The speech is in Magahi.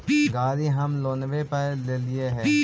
गाड़ी हम लोनवे पर लेलिऐ हे?